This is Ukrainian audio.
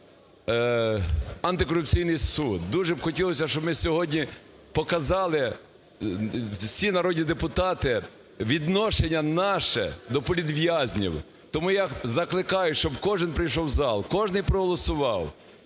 антикорупційний суд. Дуже б хотілося, щоб ми сьогодні показали, всі народні депутати, відношення наше до політв'язнів. Тому я закликаю, щоб кожний прийшов в зал, кожний проголосував,